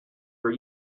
were